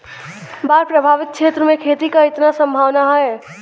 बाढ़ प्रभावित क्षेत्र में खेती क कितना सम्भावना हैं?